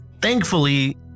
Thankfully